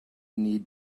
need